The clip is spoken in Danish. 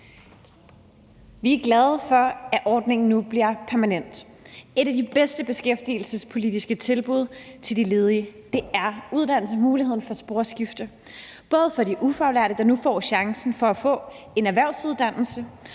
Vi er glade for, at ordningen nu bliver permanent, for et af de bedste beskæftigelsespolitiske tilbud til de ledige er uddannelsesmuligheden for sporskifte, både for de ufaglærte, der nu får chancen for at få en erhvervsuddannelse,